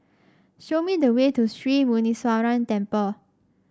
show me the way to Sri Muneeswaran Temple